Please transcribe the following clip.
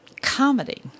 comedy